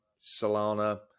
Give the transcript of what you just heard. Solana